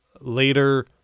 later